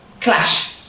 Clash